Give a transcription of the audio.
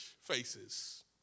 faces